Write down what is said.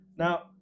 Now